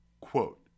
Quote